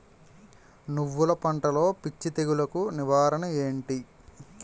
నువ్వులు పంటలో పిచ్చి తెగులకి నివారణ ఏంటి?